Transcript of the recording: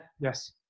Yes